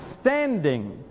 standing